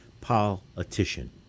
politician